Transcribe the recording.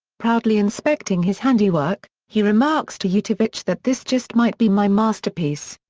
proudly inspecting his handiwork, he remarks to utivich that this just might be my masterpiece.